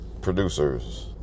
producers